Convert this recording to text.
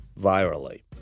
virally